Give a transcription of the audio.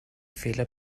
fehler